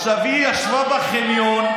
היא ישבה בחניון,